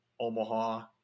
Omaha